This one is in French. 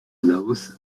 laos